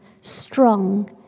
strong